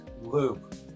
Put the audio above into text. loop